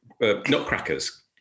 nutcrackers